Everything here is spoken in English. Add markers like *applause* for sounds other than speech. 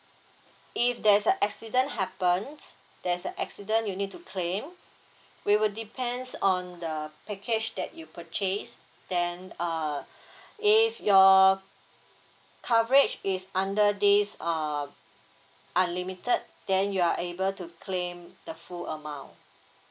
if there's a accident happened there's a accident you need to claim we will depends on the package that you purchased then uh *breath* if your coverage is under this uh unlimited then you are able to claim the full amount